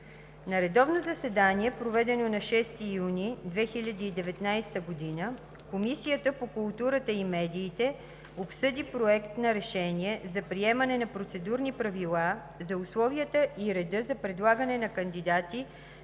На редовно заседание, проведено на 6 юни 2019 г., Комисията по културата и медиите обсъди Проект на решение за приемане на Процедурни правила за условията и реда за предлагане на кандидати